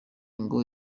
ngo